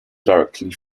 directly